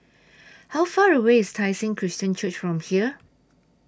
How Far away IS Tai Seng Christian Church from here